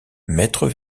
maître